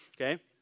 okay